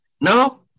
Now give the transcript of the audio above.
no